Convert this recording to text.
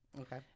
okay